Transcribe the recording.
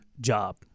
job